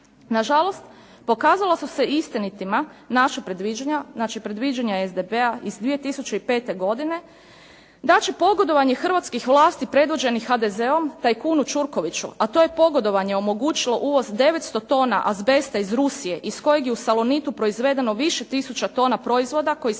Na žalost pokazala su se istinitima naša predviđanja, znači predviđanja SDP-a iz 2005. godine da će pogodovanje hrvatskih vlasti predvođenih HDZ-om tajkunu Ćurkoviću, a to je pogodovanje omogućilo uvoz 900 tona azbesta iz Rusije, iz kojeg je u "Salonitu" proizvedeno više tisuća tona proizvoda, koji